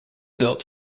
built